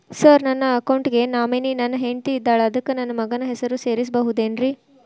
Sir ನನ್ನ account ಗೆ nominee ನನ್ನ ಹೆಂಡ್ತಿ ಇದ್ದಾಳ ಅದಕ್ಕ ನನ್ನ ಮಗನ ಹೆಸರು ಸೇರಸಬಹುದೇನ್ರಿ?